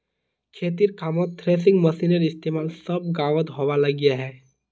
खेतिर कामोत थ्रेसिंग मशिनेर इस्तेमाल सब गाओंत होवा लग्याहा